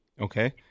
Okay